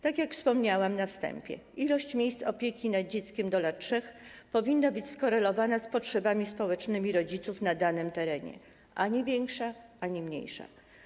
Tak jak wspomniałam na wstępie, liczba miejsc opieki nad dziećmi do lat 3 powinna być skorelowana z potrzebami społecznymi rodziców na danym terenie - ani większa, ani mniejsza.